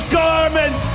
garment